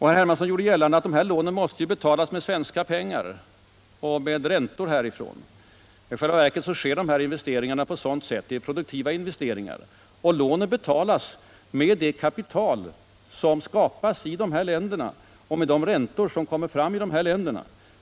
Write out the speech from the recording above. Lånen måste ändå återbetalas med svenska pengar och med räntor härifrån, sade herr Hermansson. I själva verket rör det sig här om produktiva investeringar, och lånen betalas med det kapital och de räntor som genom produktionen skapas i dessa länder.